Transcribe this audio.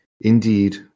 Indeed